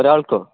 ഒരാൾക്കോ